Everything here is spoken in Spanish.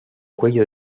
cuello